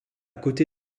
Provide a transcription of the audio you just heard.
côté